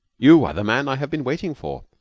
you are the man i have been waiting for.